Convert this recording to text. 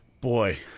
Boy